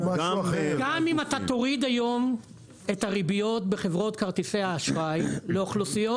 גם אם אתה תוריד היום את הריביות בחברות כרטיסי האשראי לאוכלוסיות